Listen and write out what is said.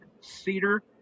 cedar